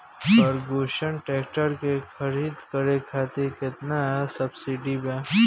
Ferguson tractor के खरीद करे खातिर केतना सब्सिडी बा?